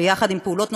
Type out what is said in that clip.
יחד עם פעולות נוספות,